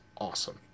awesome